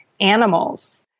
animals